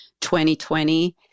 2020